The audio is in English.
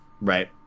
Right